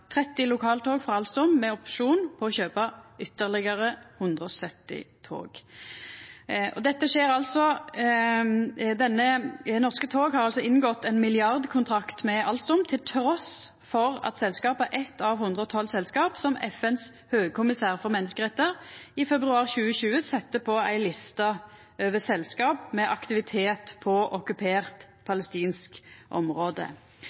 30 lokaltog frå Alstom med opsjon på å kjøpa ytterlegare 170 tog. Norske tog AS har altså inngått ein milliardkontrakt med Alstom, trass i at selskapet er eit av 112 selskap som FNs høgkommissær for menneskerettar i februar 2020 sette på ei liste over selskap med aktivitet på okkupert palestinsk område.